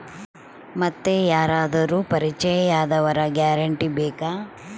ಮತ್ತೆ ಯಾರಾದರೂ ಪರಿಚಯದವರ ಗ್ಯಾರಂಟಿ ಬೇಕಾ?